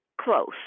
close